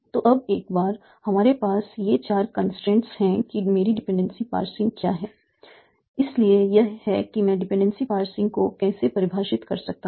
तो अब एक बार हमारे पास ये चार कंस्ट्रेंट हैं कि मेरी डिपेंडेंसी पार्सिंग क्या है इसलिए यह है कि मैं डिपेंडेंसी पार्सिंग को कैसे परिभाषित कर सकता हूं